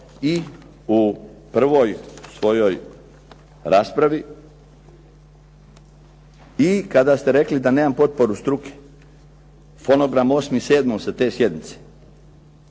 i u prvoj svojoj raspravi i kada ste rekli da nemam potporu struke. Fonogram 8.7. sa te sjednice.